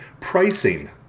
pricing